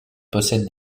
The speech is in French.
possèdent